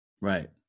Right